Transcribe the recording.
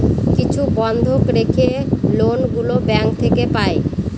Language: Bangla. কিছু বন্ধক রেখে লোন গুলো ব্যাঙ্ক থেকে পাই